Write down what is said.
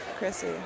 Chrissy